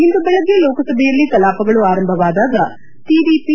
ಇಂದು ಬೆಳಿಗ್ಗೆ ಲೋಕಸಭೆಯಲ್ಲಿ ಕಲಾಪಗಳು ಆರಂಭವಾದಾಗ ಟಡಿಪಿ